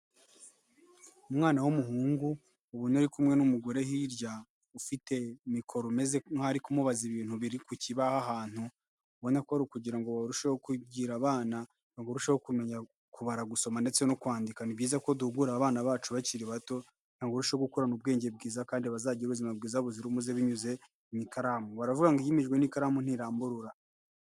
Umwana w'umuhungu, ubona ari kumwe n'umugore hirya, ufite mikoro umeze nk'uri kumubaza ibintu biri ku kibaho ahantu. Ubona ko ari kugira ngo barusheho kugira abana barusheho kumenya, kubara, gusoma ndetse no kwandika. Ni byiza ko duhugura abana bacu bakiri bato kugira ngo barusheho gukurana ubwenge bwiza kandi bazagire ubuzima bwiza buzira umuze binyuze mu ikaramu. Baravuga ngo iyimijwe n'ikaramu ntiramburura.